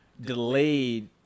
delayed